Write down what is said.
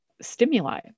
stimuli